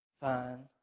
fine